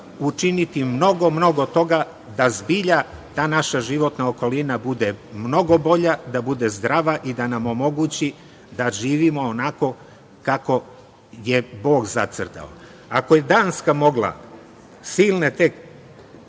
učiniti mnogo, mnogo toga da zbilja ta naša životna okolina bude mnogo bolja, da bude zdrava i da nam omogući da živimo onako kako je Bog zacrtao. Ako je Danska mogla silne te